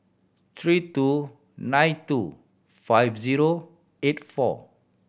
three two nine two five zero eight four